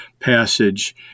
passage